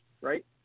right